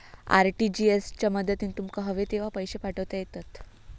RTGS च्या मदतीन तुमका हवे तेव्हा पैशे पाठवता येतत